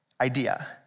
idea